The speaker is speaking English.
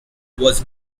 was